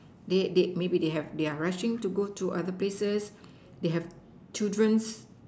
they they maybe they have their rushing to go to other places they have children